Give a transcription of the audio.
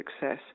success